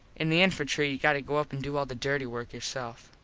in the infantry you got to go up and do all the dirty work yourself.